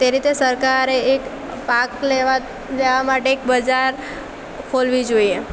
તે રીતે સરકારે એક પાક લેવા જવા માટે એક બજાર ખોલવી જોઈએ